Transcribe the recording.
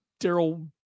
Daryl